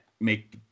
make